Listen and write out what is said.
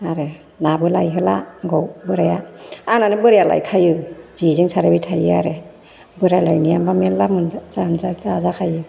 आरो नाबो लायहोला आंखौ बोराया आंनानो बोराया लायखायो जेजों सारबाय थायो आरो बोराय लायनायानोबा मेरला मोनजा जा जा जा जाखायो